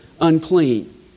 unclean